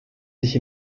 sich